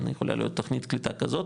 זה יכול להיות תוכנית קליטה כזאת,